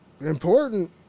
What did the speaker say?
important